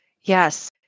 Yes